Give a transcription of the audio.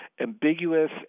ambiguous